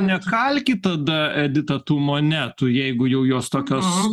nekalkit tada edita tų monetų jeigu jau jos tokios